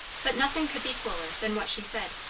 but nothing could be cooler than what she said.